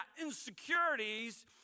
insecurities